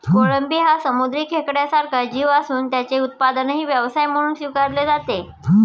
कोळंबी हा समुद्री खेकड्यासारखा जीव असून त्याचे उत्पादनही व्यवसाय म्हणून स्वीकारले जाते